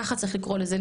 ככה צריך לקרוא לזה,